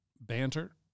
banter